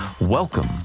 Welcome